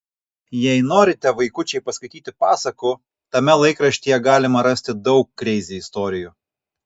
jei norite vaikučiai paskaityti pasakų tame laikraštyje galima rasti daug kreizi istorijų